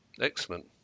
excellent